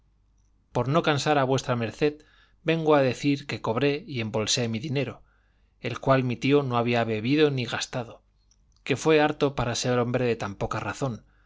por no cansar a v md vengo a decir que cobré y embolsé mi dinero el cual mi tío no había bebido ni gastado que fue harto para ser hombre de tan poca razón